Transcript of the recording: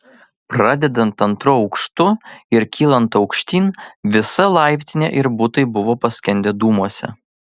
pradedant antru aukštu ir kylant aukštyn visa laiptinė ir butai buvo paskendę dūmuose